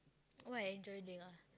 what I enjoy doing ah